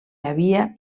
havia